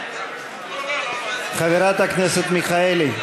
חברת הכנסת מיכאלי,